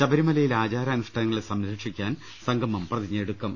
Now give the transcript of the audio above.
ശബരിമലയിലെ ആചാരാനുഷ്ഠാനങ്ങളെ സംരക്ഷിക്കാൻ സംഗമം പ്രതിജ്ഞയെടുക്കും